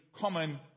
common